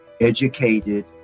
educated